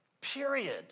Period